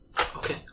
Okay